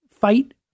fight